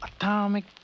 atomic